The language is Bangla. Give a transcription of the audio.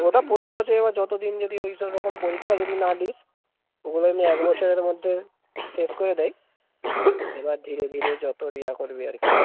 ওটা প্রতি বছরই এবার যত দিন যদি ওই সব রকম পরীক্ষা যদি না দিস ওগুলো এমনি এক বছরের মধ্যে শেষ করে দেয় এবার ধীরে ধীরে যত রিয়া করবি আর কি